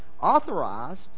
Authorized